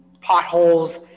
potholes